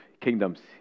kingdoms